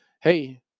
hey